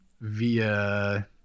via